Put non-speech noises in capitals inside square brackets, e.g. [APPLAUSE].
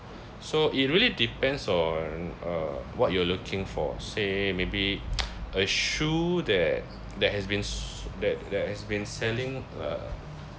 so it really depends on uh what you are looking for say maybe [NOISE] a shoe that that has been s~ that that has been selling uh